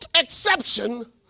exception